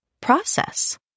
process